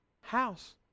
house